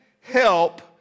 help